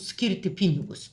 skirti pinigus